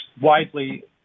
widely